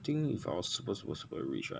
I think if I was super super super rich